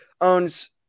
owns